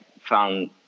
found